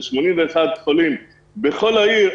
של 81 חולים בכל העיר,